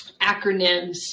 acronyms